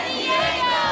Diego